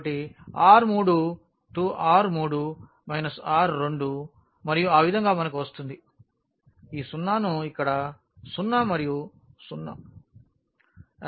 కాబట్టి R3R3 R2 మరియు ఆ విధంగా మనకు వస్తుంది ఈ 0 ను ఇక్కడ 0 మరియు 0